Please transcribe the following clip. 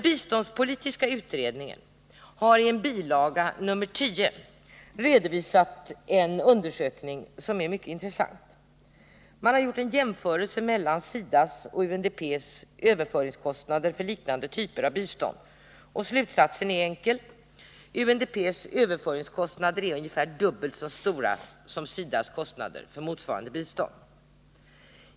Biståndspolitiska utredningen har i en bilaga nr 10 redovisat en utredning som är mycket intressant. Man har gjort en jämförelse mellan SIDA:s och UNDP:s överföringskostnader vid liknande typer av bistånd. Slutsatsen är enkel: UNDP:s överföringskostnader är ungefär dubbelt så stora som SIDA:s kostnader för motsvarande bistånd.